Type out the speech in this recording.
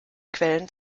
quellen